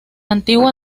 antigua